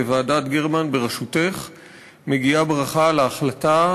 לוועדת גרמן בראשותך מגיעה ברכה על ההחלטה